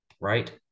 right